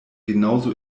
genauso